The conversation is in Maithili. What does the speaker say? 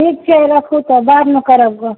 ठीक छै रखू तब बादमे करब गप